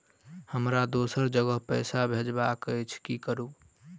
हमरा दोसर जगह पैसा भेजबाक अछि की करू?